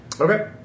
Okay